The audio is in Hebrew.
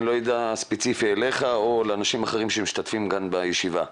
אני לא יודע אם ספציפית אותך או לאנשים אחרים שמשתתפים כאן בישיבה.